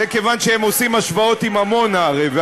זה כיוון שהם עושים השוואות עם עמונה הרי,